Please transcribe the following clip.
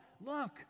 Look